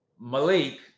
malik